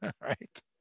Right